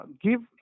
give